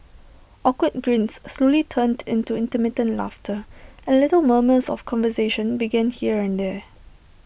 awkward grins slowly turned into intermittent laughter and little murmurs of conversation began here and there